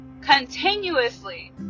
continuously